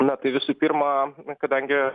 na tai visų pirma kadangi